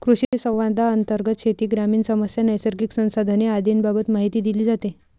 कृषिसंवादांतर्गत शेती, ग्रामीण समस्या, नैसर्गिक संसाधने आदींबाबत माहिती दिली जाते